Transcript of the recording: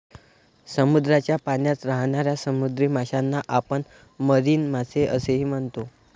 समुद्राच्या पाण्यात राहणाऱ्या समुद्री माशांना आपण मरीन मासे असेही म्हणतो